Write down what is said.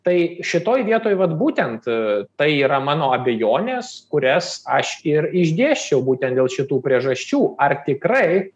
tai šitoj vietoj vat būtent tai yra mano abejonės kurias aš ir išdėsčiau būtent dėl šitų priežasčių ar tikrai